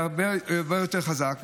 והרבה יותר חזק,